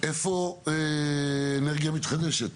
ששאלתי היא: איפה אנרגיה מתחדשת?